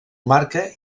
marca